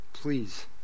Please